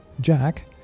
Jack